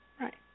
Right